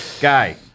guy